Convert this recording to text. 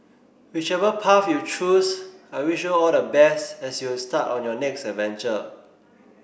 whichever path you choose I wish you all the best as you start on your next adventure